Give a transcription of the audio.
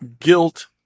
guilt